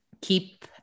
keep